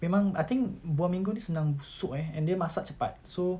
memang I think buah mango ini senang busuk eh and dia masak cepat so